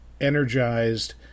energized